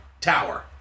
tower